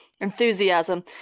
enthusiasm